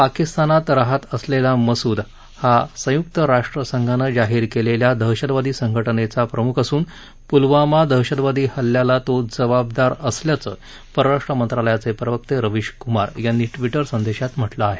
पाकिस्तानात राहत असलेला मसूद अजहर हा संयुक्त राष्ट्रसंघानं जाहीर केलेल्या दहशतवादी संघटनेचा प्रमुख असून पूलवामा दहशतवादी हल्ल्याला तो जबाबदार असल्याचं परराष्ट्र मंत्रालयाचे प्रवक्ते रविशकुमार यांनी ट्विटर संदेशात म्हटलं आहे